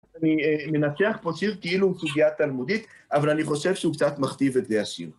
אני מנצח פה שיר כאילו הוא סוגיה תלמודית, אבל אני חושב שהוא קצת מכתיב את זה השיר.